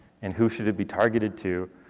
and who should it be targeted to?